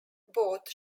both